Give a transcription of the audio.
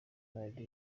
kandi